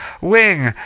Wing